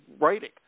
writing